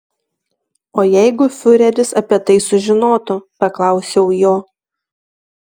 o jeigu fiureris apie tai sužinotų paklausiau jo